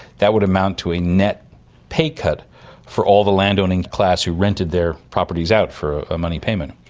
that would amount to a net pay cut for all the land owning class who rented their properties out for a money payment.